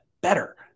better